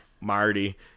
Marty